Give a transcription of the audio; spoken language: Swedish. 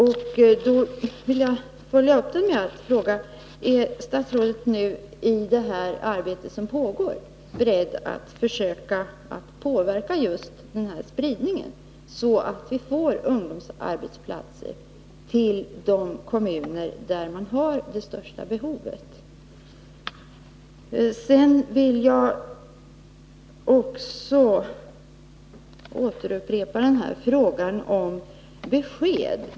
Jag vill emellertid följa upp med att ställa en ytterligare fråga: Är statsrådet när det gäller det arbete som pågår beredd att söka verka för en bättre spridning, så att vi får ungdomsplatser till de kommuner där det största behovet finns? Sedan vill jag också upprepa frågan om besked.